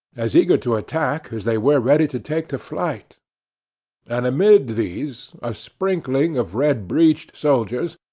as eager to attack as they were ready to take to flight and amid these, a sprinkling of red-breeched soldiers,